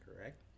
correct